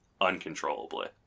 uncontrollably